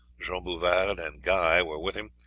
jean bouvard and guy were with him,